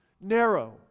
narrow